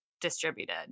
distributed